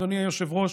אדוני היושב-ראש,